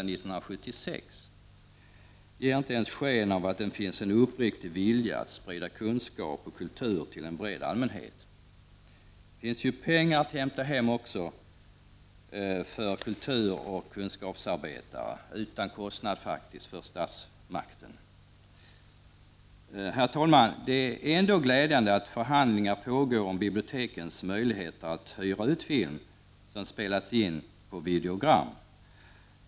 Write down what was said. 1989/90:36 1976, ger inte ens sken av att det finns en uppriktig vilja att sprida kunskap 30 november 1989 och kultur till en bred allmänhet. Här finns det ju pengar att häimta hem AA också för kulturoch kunskapsarbetare och detta faktiskt utan kostnad för statsmakten. Herr talman! Det är ändå glädjande att förhandlingar pågår om bibliotekens möjligheter att hyra ut film som har spelats in på videogram.